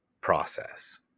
process